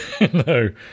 No